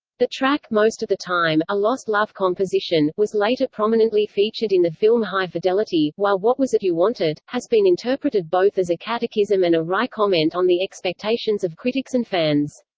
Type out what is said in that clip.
the track most of the time, a lost love composition, was later prominently featured in the film high fidelity, while what was it you wanted? has been interpreted both as a catechism and a wry comment on the expectations of critics and fans.